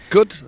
Good